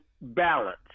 balance